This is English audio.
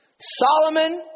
Solomon